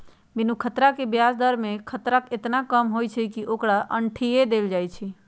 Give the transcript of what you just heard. बिनु खतरा के ब्याज दर में खतरा एतना कम होइ छइ कि ओकरा अंठिय देल जाइ छइ